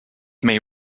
may